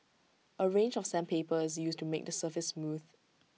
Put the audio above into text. A range of sandpaper is used to make the surface smooth